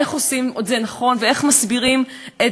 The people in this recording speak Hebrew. איך עושים את זה נכון ואיך מסבירים את